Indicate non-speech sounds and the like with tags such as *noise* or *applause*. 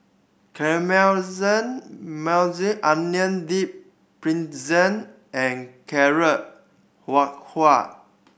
*unintelligible* Onion Dip Pretzel and Carrot Halwa